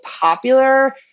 popular